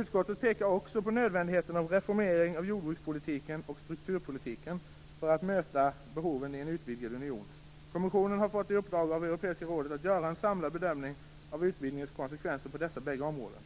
Utskottet pekar också på nödvändigheten av en reformering av jordbrukspolitiken och strukturpolitiken för att möta behoven i en utvidgad union. Kommissionen har av Europeiska rådet fått i uppdrag att göra en samlad bedömning av utbildningens konsekvenser på dessa båda områden.